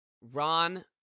Ron